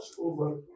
over